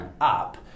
up